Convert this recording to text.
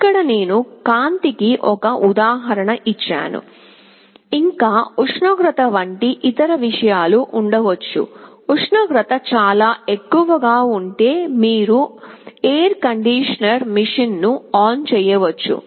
ఇక్కడ నేను కాంతికి ఒక ఉదాహరణ ఇచ్చాను ఇంకా ఉష్ణోగ్రత వంటి ఇతర విషయాలు ఉండవచ్చు ఉష్ణోగ్రత చాలా ఎక్కువగా ఉంటే మీరు ఎయిర్ కండిషనింగ్ మెషీన్ను ఆన్ చేయవచ్చు